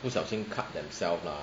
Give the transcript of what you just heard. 不小心 cut themselves lah